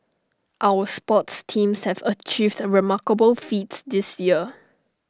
our sports teams have achieved remarkable feats this year